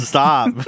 Stop